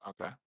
Okay